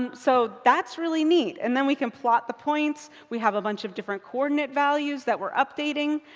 and so that's really neat. and then we can plot the points, we have a bunch of different coordinate values that we're updating.